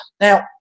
Now